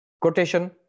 quotation